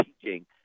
teaching